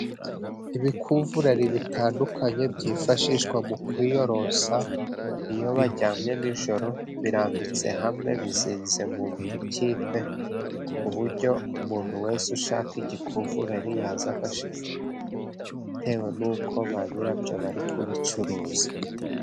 Ibikuvurari bitandukanye byifashishwa mu kwiyorosa iyo baryamye nijoro, birambitse hamwe bizinze mu dukipe, ku buryo umuntu wese ushaka igikuvureri yaza agashyikira bitewe n'uko ba nyirabyo bari kubicuruza.